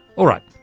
all right,